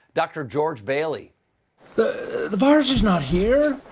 dr. george bailey the, the virus is not here.